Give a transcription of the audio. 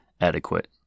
adequate